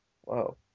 Whoa